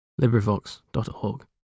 LibriVox.org